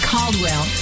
Caldwell